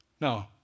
No